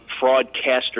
fraudcaster